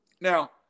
Now